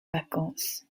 vacances